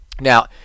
Now